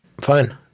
fine